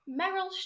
Meryl